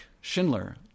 Schindler